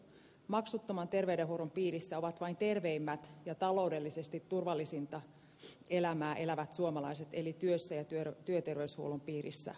maksuttoman terveydenhoidon piirissä ovat vain terveimmät ja taloudellisesti turvallisinta elämää elävät suomalaiset eli työssä ja työ työterveyshuollon piirissä